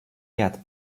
ряд